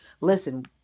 Listen